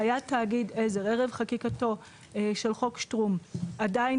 שהיה תאגיד עזר ערב חקיקתו של "חוק שטרום" עדיין